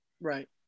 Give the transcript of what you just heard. Right